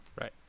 Right